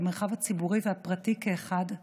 במרחב הציבורי והפרטי כאחד,